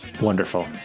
wonderful